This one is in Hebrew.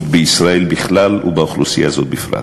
בישראל בכלל ובאוכלוסייה הזאת בפרט.